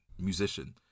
musician